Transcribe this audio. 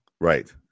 Right